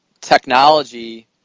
technology